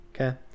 Okay